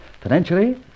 Financially